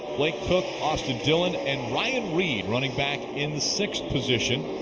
blake koch, austin dillon and ryan reed running back in sixth position.